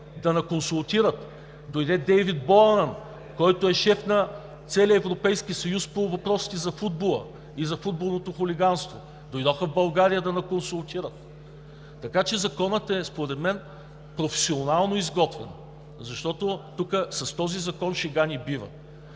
да ни консултират, дойде Дейвид Боуън, който е шеф на целия Европейски съюз по въпросите за футбола, и за футболното хулиганство, дойдоха в България да ни консултират. Така че, според мен Законът е професионално изготвен, защото тук с този закон шега не бива,